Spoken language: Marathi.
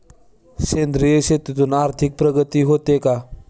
सेंद्रिय शेतीतून आर्थिक प्रगती होते का?